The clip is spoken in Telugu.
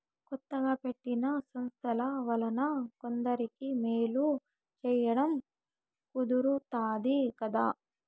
కొత్తగా పెట్టిన సంస్థల వలన కొందరికి మేలు సేయడం కుదురుతాది కదా